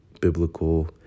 biblical